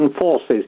forces